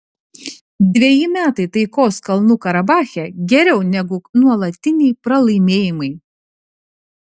dveji metai taikos kalnų karabache geriau negu nuolatiniai pralaimėjimai